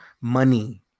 money